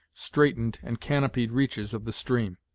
straitened, and canopied reaches of the stream.